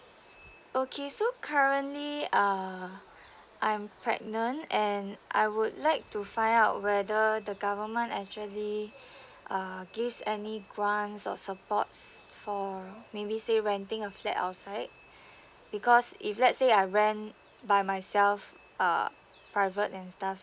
okay so currently err I'm pregnant and I would like to find out whether the government actually uh gives any grants or supports for maybe say renting a flat outside because if let's say I rent by myself uh private and stuff